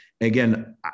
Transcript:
again